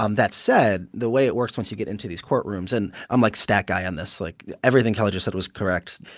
um that said, the way it works once you get into these courtrooms and i'm, like, stat guy on this. like, everything kelly just said was correct.